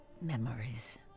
Memories